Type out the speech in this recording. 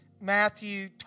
Matthew